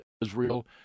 Israel